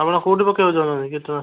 ଆପଣ କୋଉଠି ପକେଇବାକୁ ଚାହୁଁଛନ୍ତି କେତେ